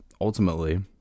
ultimately